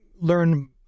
learn